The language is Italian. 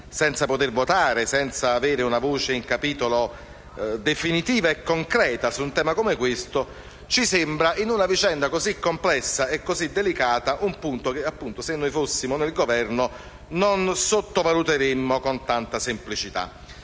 senza poter votare e avere una voce in capitolo, definitiva e concreta, su un tema come questo, ci sembra, in una vicenda così complessa e delicata, un punto che, se fossimo al Governo, non sottovaluteremmo con tanta semplicità.